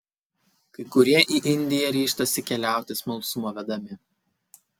kai kurie į indiją ryžtasi keliauti smalsumo vedami